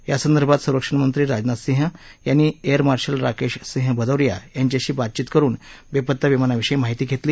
यासंदर्भात संरक्षण मंत्री राजनाथ सिंह यांनी एअर मार्शल राकेश सिंह भदौरिया यांच्याशी बातचीत करून बेपत्ता विमानाविषयी माहिती घेतली